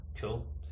Cool